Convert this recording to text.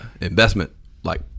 investment-like